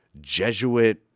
Jesuit